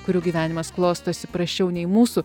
kurių gyvenimas klostosi prasčiau nei mūsų